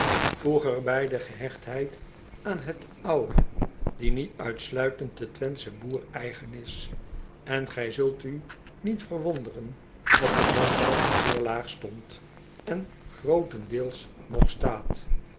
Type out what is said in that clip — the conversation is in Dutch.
er bij de gehechtheid aan het oude die niet uitsluitend den w e n t h s c h e n boer eigen is en gij zult u niet verwonderen dat de landbouw er zeer laag stond en grootendeels nog staat